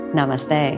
Namaste